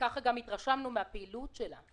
ככה גם התרשמנו מהפעילות שלה,